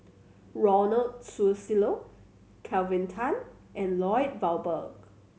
Ronald Susilo Kelvin Tan and Lloyd Valberg